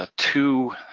ah two